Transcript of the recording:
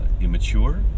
immature